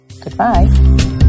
goodbye